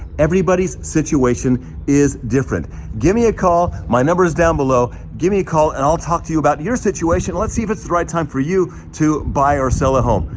everybody's situation is different. give me a call, my number is down below, give me a call and i'll talk to you about your situation. let's see if it's the right time for you to buy or sell a home,